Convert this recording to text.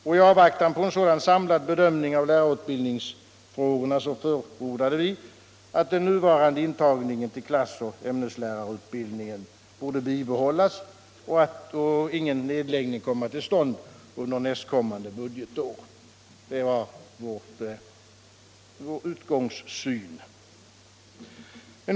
Och i avvaktan på ett sådan samlad bedömning av lärarutbildningsfrågorna förordade vi att den nuvarande intagningen till klassoch ämneslärarutbildningen borde bibehållas och ingen nedläggning komma till stånd under nästkommande budgetår. Det var vår utgångssyn.